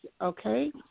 okay